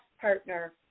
partner